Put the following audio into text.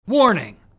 Warning